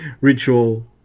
ritual